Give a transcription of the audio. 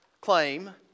claim